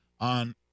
on